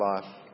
life